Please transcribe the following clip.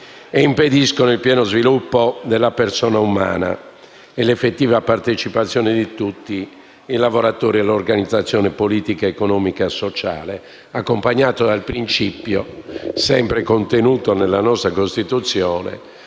e impediscono il pieno sviluppo della persona umana e l'effettiva partecipazione di tutti i lavoratori all'organizzazione politica, economica e sociale. Tale dettato è accompagnato dal principio, sempre contenuto nella nostra Costituzione,